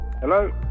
Hello